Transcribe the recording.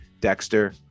dexter